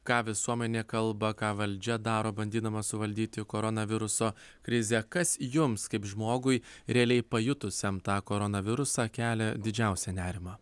ką visuomenė kalba ką valdžia daro bandydama suvaldyti koronaviruso krizę kas jums kaip žmogui realiai pajutusiam tą koronavirusą kelia didžiausią nerimą